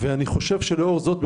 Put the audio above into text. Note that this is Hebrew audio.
לאור זאת,